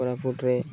କୋରାପୁଟରେ